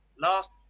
Last